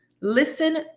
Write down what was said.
Listen